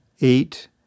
Eight